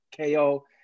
KO